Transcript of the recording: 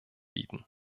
bieten